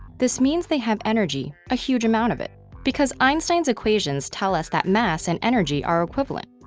this means they have energy, a huge amount of it. because einstein's equations tell us that mass and energy are equivalent,